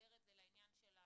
לחבר את זה לעניין של הכסף.